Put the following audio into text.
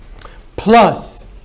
plus